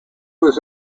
was